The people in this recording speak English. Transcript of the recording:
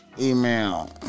Email